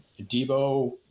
Debo